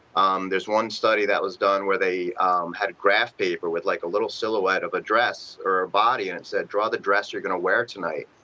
um there's one study that was done where they had a graph paper with like a little silhouette of a dress or a body and and said draw the dress you are going to wear tonight.